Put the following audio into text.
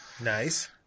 Nice